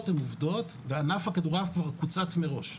הן עובדות וענף הכדורעף כבר קוצץ מראש.